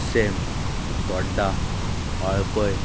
उक्सेम तोड्डा वाळपय